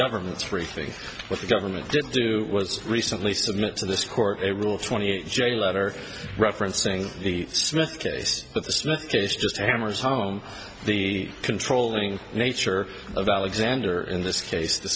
government's rethink what the government did do was recently submit to this court rule twenty j letter referencing the smith case but the smith case just hammers home the controlling nature of alexander in this case the